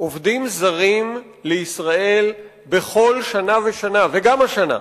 עובדים זרים לישראל בכל שנה ושנה וגם השנה,